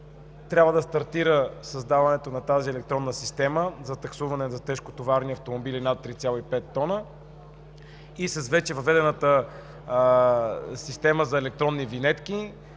трябва да стартира създаването на тази електронна система за таксуване на тежкотоварни автомобили над 3,5 тона и с вече въведената система за електронни винетки